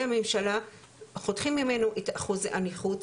הממשלה חותכים ממנו את אחוזי הנכות,